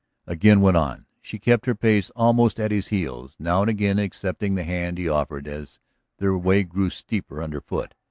again went on. she kept her place almost at his heels, now and again accepting the hand he offered as their way grew steeper underfoot.